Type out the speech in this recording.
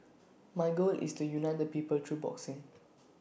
my goal is to unite the people through boxing